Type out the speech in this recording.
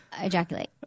ejaculate